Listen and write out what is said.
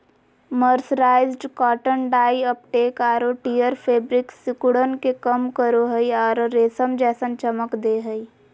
mercerised cotton dye uptake आरो tear fabric सिकुड़न के कम करो हई आरो रेशम जैसन चमक दे हई